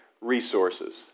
resources